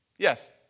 Yes